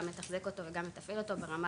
גם לתחזק אותו וגם לתפעל אותו ברמה